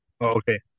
okay